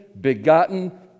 begotten